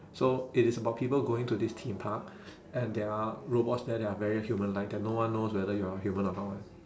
so it is about people going to this theme park and there are robots there that are very human like that no one knows whether you're human or not